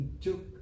took